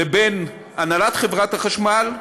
לבין הנהלת חברת החשמל,